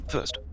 First